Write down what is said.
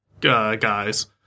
guys